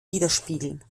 widerspiegeln